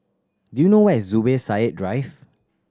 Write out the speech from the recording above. do you know where is Zubir Said Drive